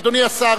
אדוני השר,